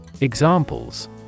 examples